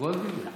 וולדיגר.